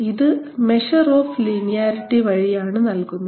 ഇത് measure of linearity വഴിയാണ് നൽകുന്നത്